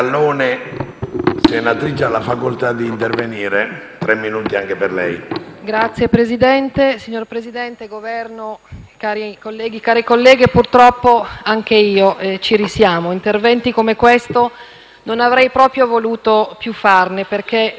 Signor Presidente, rappresentanti del Governo, care colleghe e cari colleghi, purtroppo ci risiamo, interventi come questo non avrei proprio voluto più farne, perché mi pesa come un sasso sul cuore, mentre vi parlo, il pensiero di quello che è accaduto